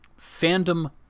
fandom